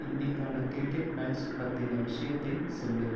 இன்றைக்கான cricket match பற்றின விஷயத்தை சொல்